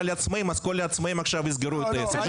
לעצמאים כל העצמאים יסגרו את העסק.